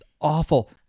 awful